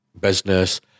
business